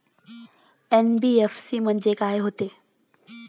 NBFC म्हणजे का होते?